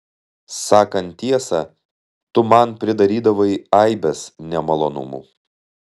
sakant tiesą tu man pridarydavai aibes nemalonumų